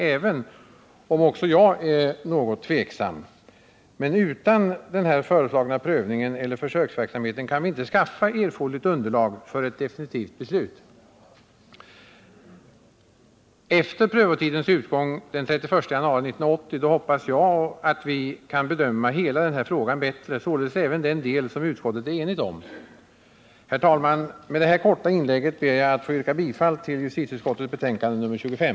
Även jag är något tveksam till detta, men utan den föreslagna prövningen eller försöksverksamheten kan vi inte skaffa erforderligt underlag för ett definitivt beslut. 123 Efter prövotidens utgång den 31 januari 1980 hoppas jag att vi kan bedöma hela frågan bättre, således även den del som utskottet nu är enigt om. Herr talman! Med det här korta inlägget ber jag att få yrka bifall till hemställan i justitieutskottets betänkande nr 25.